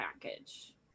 package